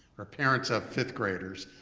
or parents of fifth graders